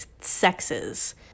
sexes